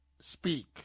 speak